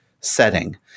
setting